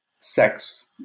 sex